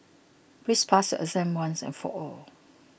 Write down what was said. please pass exam once and for all